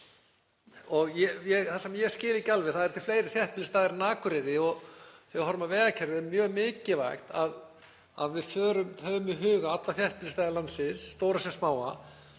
Það sem ég skil ekki alveg — það eru til fleiri þéttbýlisstaðir en Akureyri og þegar við horfum á vegakerfið þá er mjög mikilvægt að við höfum í huga alla þéttbýlisstaði landsins, stóra sem smáa,